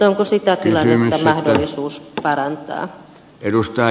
onko sitä tilannetta mahdollisuus parantaa